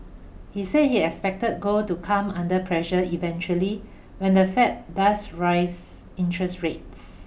he said he expected gold to come under pressure eventually when the Fed does rise interest rates